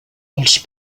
els